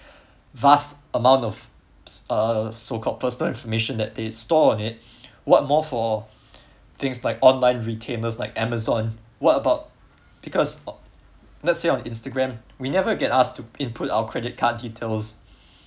vast amount of uh so called personal information that they store on it what more for things like online retailers like amazon what about because o~ let's say on instagram we never get asked to input our credit card details